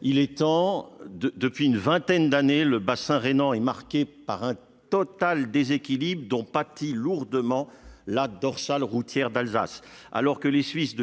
Il est temps ! Depuis une vingtaine d'années, le bassin rhénan est marqué par un total déséquilibre, dont pâtit lourdement la dorsale routière d'Alsace. Alors que les Suisses